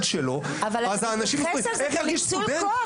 שלו אז האנשים --- אבל אתה מתייחס אל זה כניצול כוח,